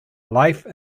life